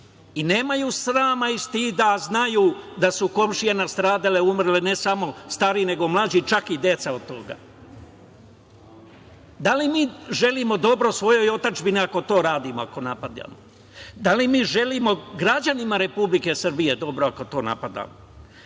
Nemaju ni srama ni stida, a znaju da su komšije nam stradale, umrli, ne samo stariji, nego i mlađi, čak i deca od toga. Da li mi želimo dobro svojoj otadžbini ako to radimo i ako napadamo? Da li mi želimo građanima Republike Srbije dobro ako to napadamo? Dozvolite